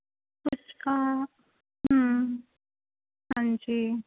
ਡਿਸਕਾ ਹਮ ਹਾਂਜੀ